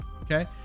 Okay